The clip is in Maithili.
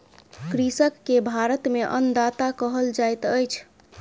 कृषक के भारत में अन्नदाता कहल जाइत अछि